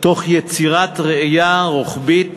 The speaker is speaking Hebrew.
תוך יצירת ראייה רוחבית